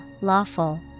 Lawful